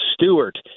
Stewart